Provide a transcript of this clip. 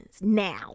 now